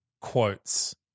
quotes